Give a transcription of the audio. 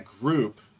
group